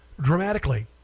dramatically